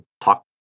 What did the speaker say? talk